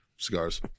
cigars